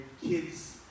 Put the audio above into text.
kids